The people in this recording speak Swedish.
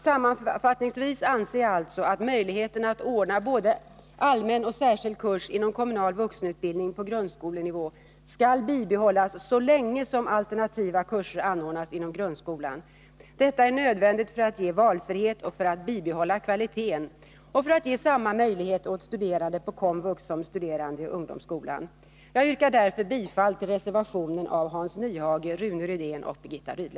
Sammanfattningsvis anser jag alltså att möjligheten att ordna både allmän och särskild kurs inom kommunal vuxenutbildning på grundskolenivå skall bibehållas så länge som alternativa kurser anordnas inom grundskolan. Detta är nödvändigt för att ge eleverna valfrihet, för att bibehålla kvaliteten och för att ge samma möjligheter åt studerande på KOMVUX som studerande i ungdomsskolan. Jag yrkar därför bifall till reservationen av Hans Nyhage, Rune Rydén och Birgitta Rydle.